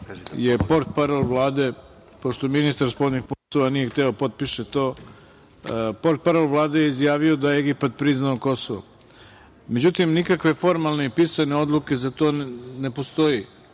je portparol Vlade, pošto ministar spoljnih poslova nije hteo da potpiše to, izjavio da je Egipat priznao Kosovo. Međutim, nikakve formalne i pisane odluke za to ne postoje. Više